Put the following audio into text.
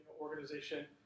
Organization